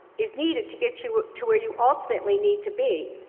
is needed to get you to where you ultimately need to be.